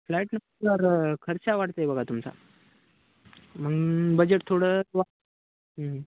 फ्लाईटनं sir खर्च वाढते बघा तुमचा मग बजेट थोडं वा